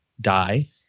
die